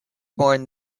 born